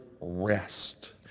rest